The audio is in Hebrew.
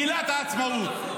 שוויון לפי עקרון מגילת העצמאות.